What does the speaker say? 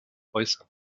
äußern